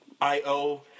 I-O